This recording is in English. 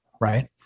Right